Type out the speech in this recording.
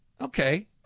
Okay